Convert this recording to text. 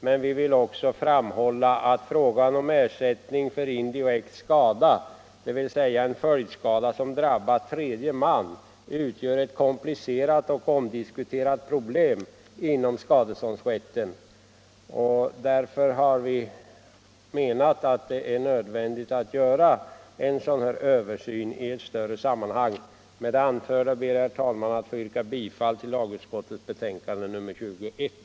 Men vi vill också framhålla att frågan om ersättning för indirekt skada — dvs. en följdskada som drabbar tredje man -— utgör ett komplicerat och omdiskuterat problem inom skadeståndsrätten, och därför har vi menat att det är nödvändigt att göra en sådan här översyn i ett större sammanhang. Med det anförda ber jag, herr talman, att få yrka bifall till lagutskottets hemställan i betänkandet nr 21.